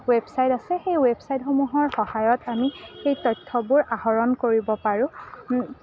website আছে সেই ৱেবছাইটসমূহৰ সহায়ত আমি সেই তথ্যবোৰ আহৰণ কৰিব পাৰোঁ